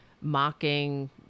mocking